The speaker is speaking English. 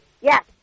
Yes